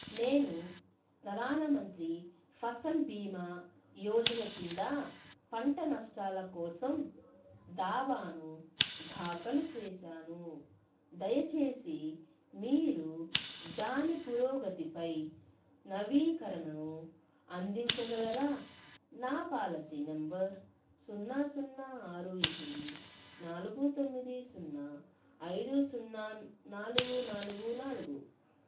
నేను ప్రధానమంత్రి ఫసల్ భీమా యోజన కింద పంట నష్టాల కోసం దావాను దాఖలు చేసాను దయచేసి మీరు దాని పురోగతిపై నవీకరణను అందించగలరా నా పాలసీ నెంబర్ సున్నా సున్నా ఆరు ఎనిమిది నాలుగు తొమ్మిది సున్నా ఐదు సున్నా నాలుగు నాలుగు నాలుగు